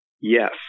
Yes